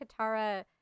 Katara